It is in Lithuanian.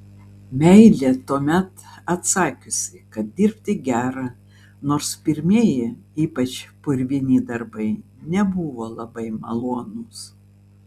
meilė tuomet atsakiusi kad dirbti gera nors pirmieji ypač purvini darbai nebuvo labai malonūs